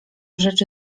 rzeczy